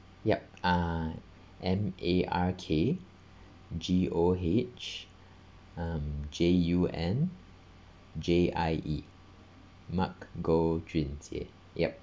yup uh M A R K G O H um J U N J I E mark goh jun jie yup